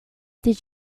did